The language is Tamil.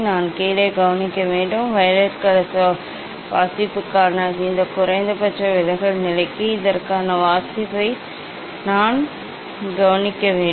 நான் கீழே கவனிக்க வேண்டும் வயலட் கலர் வாசிப்புக்கான இந்த குறைந்தபட்ச விலகல் நிலைக்கு இதற்கான வாசிப்பை நான் கவனிக்க வேண்டும்